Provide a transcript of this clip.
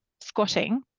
squatting